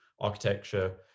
Architecture